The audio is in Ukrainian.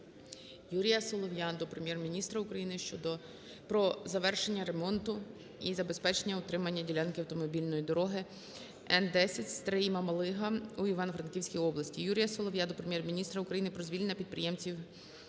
Юрія Солов'я до Прем'єр-міністра України щодо… про завершення ремонту і забезпечення утримання ділянки автомобільної дороги Н10 Стрий - Мамалига у Івано-Франківській області. Юрія Солов'я до Прем'єр-міністра України про звільнення підприємців